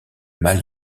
mal